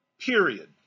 Period